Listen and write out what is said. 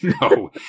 No